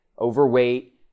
overweight